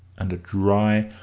and a dry,